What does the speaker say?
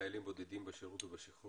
לעניין חיילים בודדים בשירות ובשחרור,